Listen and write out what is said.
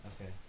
Okay